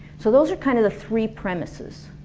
so those are kind of the three premises.